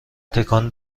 تکان